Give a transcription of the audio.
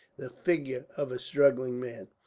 the figure of a struggling man.